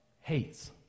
hates